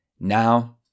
now